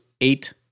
eight